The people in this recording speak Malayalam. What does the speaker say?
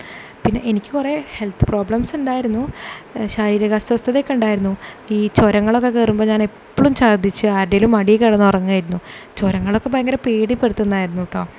പിന്നെ എനിക്ക് കുറേ ഹെൽത്ത് പ്രോബ്ലംസ് ഉണ്ടായിരുന്നു ശാരീരിക അസ്വസ്ഥതയൊക്കെ ഉണ്ടായിരുന്നു ഈ ചുരങ്ങളൊക്കെ കയറുമ്പോൾ ഞാൻ ഇപ്പോളും ഛർദ്ദിച്ച് ആരുടെയെങ്കിലും മടിയിൽ കിടന്ന് ഉറങ്ങുമായിരുന്നു ചുരങ്ങളൊക്കെ ഭയങ്കര പേടിപ്പെടുത്തുന്നതായിരുന്നു കേട്ടോ